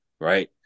right